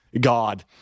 God